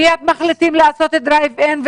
פתאום מחליטים לעשות דרייב-אין,